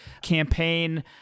campaign